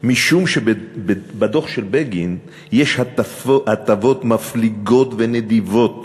משום שבדוח של בגין יש הטבות מפליגות ונדיבות